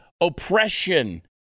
oppression